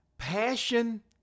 Passion